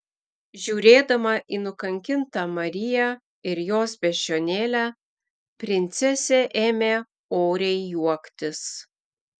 žiūrėdama į nukankintą mariją ir jos beždžionėlę princesė ėmė oriai juoktis